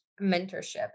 mentorship